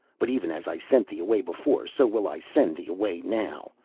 but even as i sent thee away before, so will i send thee away now,